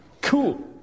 cool